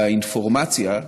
והאינפורמציה,